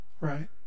right